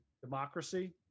democracy